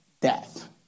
death